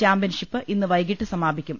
championship ഇന്ന് വൈകീട്ട് സമാപിക്കും